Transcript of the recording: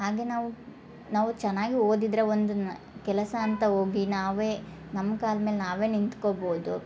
ಹಾಗೆ ನಾವು ನಾವು ಚೆನ್ನಾಗಿ ಓದಿದ್ರೆ ಒಂದನ್ನ ಕೆಲಸ ಅಂತ ಹೋಗಿ ನಾವೇ ನಮ್ಮ ಕಾಲು ಮೇಲೆ ನಾವೇ ನಿಂತ್ಕೋಬೋದು